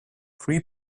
three